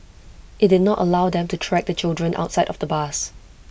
IT did not allow them to track the children outside of the bus